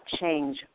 change